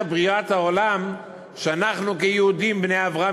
בריאת העולם שאנחנו כיהודים בני אברהם,